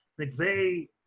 McVeigh